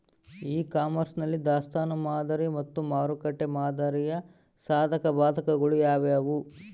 E commerce ನಲ್ಲಿ ದಾಸ್ತನು ಮಾದರಿ ಮತ್ತು ಮಾರುಕಟ್ಟೆ ಮಾದರಿಯ ಸಾಧಕಬಾಧಕಗಳು ಯಾವುವು?